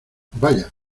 vaya